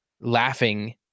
laughing